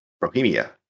Bohemia